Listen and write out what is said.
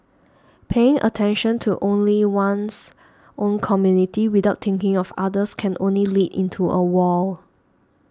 paying attention only to one's own community without thinking of others can only lead into a wall